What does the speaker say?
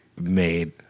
made